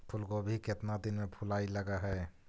फुलगोभी केतना दिन में फुलाइ लग है?